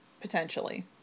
potentially